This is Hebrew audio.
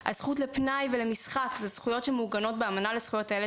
אזי אפשר לדבר על הרבה מאוד תוכניות שלא שוות כלום,